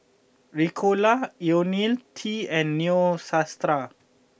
Ricola Ionil T and Neostrata